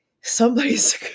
somebody's